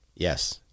Yes